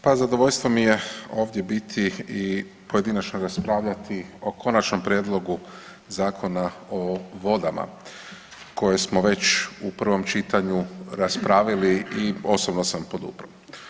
Pa zadovoljstvo mi je ovdje biti i pojedinačno raspravljati o Konačnom prijedlogu Zakona o vodama koji smo već u prvom čitanju raspravili i osobno sam podupro.